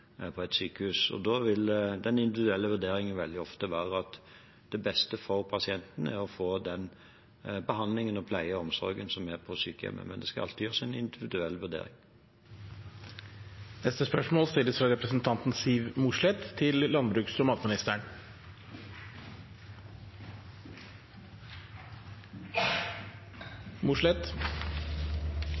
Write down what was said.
på et sykehus, og da vil den individuelle vurderingen veldig ofte være at det beste for pasienten er å få den behandlingen, pleien og omsorgen som gis på sykehjemmene. Men det skal alltid gjøres en individuell vurdering.